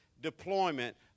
deployment